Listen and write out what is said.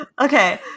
Okay